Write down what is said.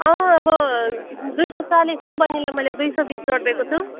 अब दुई सौ चालिस हो बैनीलाई मैले दुई सौ बिस गरिदिएको छु